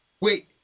wait